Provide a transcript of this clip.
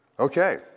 Okay